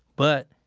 but,